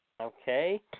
Okay